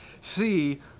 See